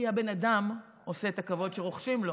כי הבן אדם עושה את הכבוד שרוחשים לו.